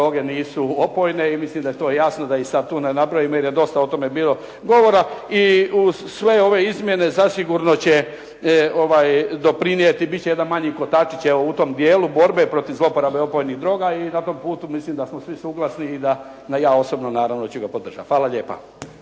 droge nisu opojne i mislim da je to jasno da ne nabrajam, jer je dosta o tome bilo govora. I uz sve ove izmjene zasigurno će doprinijeti bit će jedan mali kotačić u tom dijelu borbe protiv zlouporabe opojnih droga. I na tom putu mislim da smo svi suglasni i ja osobno naravno da ću ga podržati. Hvala lijepa.